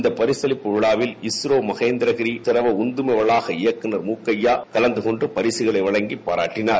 இந்த பரிசரிப்பு விழாவில் இஸ்ரோ மகேந்திரகிரி திரவ உந்தும வளாக இயக்குநர் மூக்கையா கலந்து கொண்டு பரிசுகளை வழங்கினார்